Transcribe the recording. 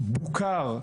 בוקר,